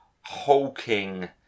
hulking